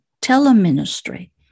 Tele-Ministry